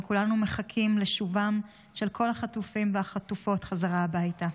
וכולנו מחכים לשובם של כל החטופים והחטופות בחזרה הביתה.